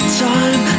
time